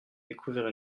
découvert